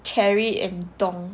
cherry and dong